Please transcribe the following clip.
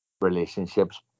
relationships